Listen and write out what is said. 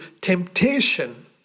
temptation